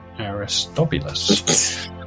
Aristobulus